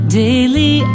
daily